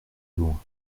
loin